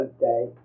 day